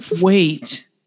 wait